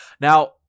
now